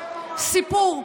סיפור,